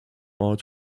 are